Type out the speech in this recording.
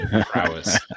prowess